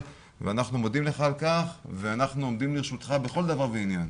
ואנחנו מודים לך על כך ואנחנו עומדים לרשותך בכל דבר ועניין.